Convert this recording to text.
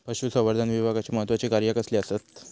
पशुसंवर्धन विभागाची महत्त्वाची कार्या कसली आसत?